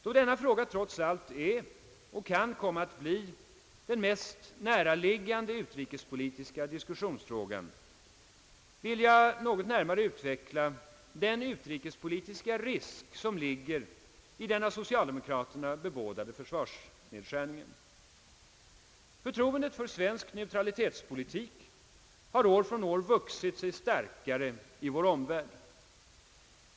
Då denna fråga trots allt är — och kan komma att bli — den mest näraliggande utrikespolitiska diskussionsfrågan, vill jag något närmare utveckla den utrikespolitiska risk som ligger i den av socialdemokraterna bebådade försvarsnedskärningen. Förtroendet för svensk neutralitetspolitik har år från år vuxit sig starkare i vår omvärld.